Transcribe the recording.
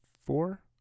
four